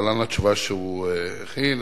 להלן התשובה שהוא הכין.